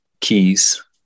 keys